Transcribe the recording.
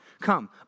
Come